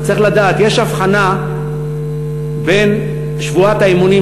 צריך לדעת שיש הבחנה בין שבועת האמונים